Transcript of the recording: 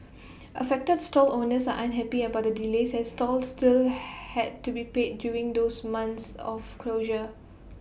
affected stall owners unhappy about the delays as store still had to be paid during those months of closure